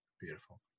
Beautiful